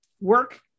work